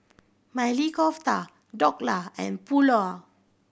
Maili Kofta Dhokla and Pulao